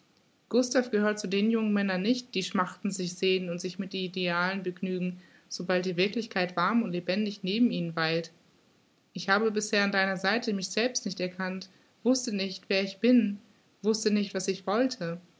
gustav gehört zu den jungen männern nicht die schmachtend sich sehnen und sich mit idealen begnügen sobald die wirklichkeit warm und lebendig neben ihnen weilt ich habe bisher an deiner seite mich selbst nicht erkannt wußte nicht wer ich bin wußte nicht was ich wollte